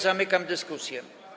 Zamykam dyskusję.